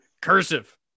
cursive